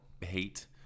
hate